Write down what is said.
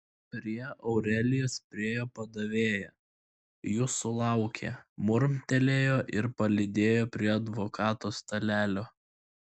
prie aurelijos priėjo padavėja jūsų laukia murmtelėjo ir palydėjo prie advokato stalelio